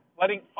letting